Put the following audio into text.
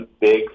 big